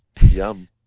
Yum